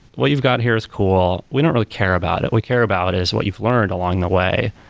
what you've got here is cool. we don't really care about it. we care about is what you've learned along the way,